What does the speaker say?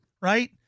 Right